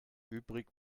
übrig